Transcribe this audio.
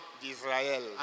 d'Israël